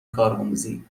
کارآموزی